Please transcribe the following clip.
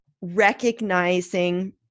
recognizing